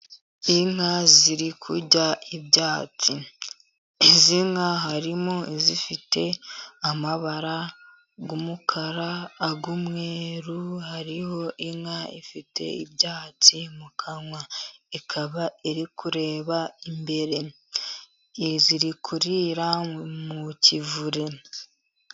Inka ziri kurya ibyatsi. Izi nka harimo izifite amabara y'umukara, ay'umweru, hariho inka ifite ibyatsi mu kanwa, ikaba iri kureba imbere. Ziri kurira mu kivure.